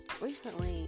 recently